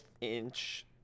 inch